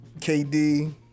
KD